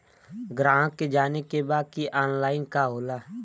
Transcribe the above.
ग्राहक के जाने के बा की ऑनलाइन का होला?